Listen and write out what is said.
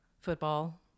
Football